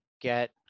get